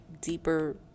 deeper